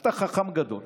אתה חכם גדול,